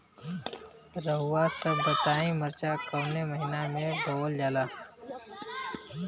रउआ सभ बताई मरचा कवने महीना में बोवल जाला?